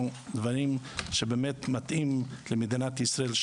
דברים רבים שבאמת מתאימים למדינת ישראל,